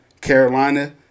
Carolina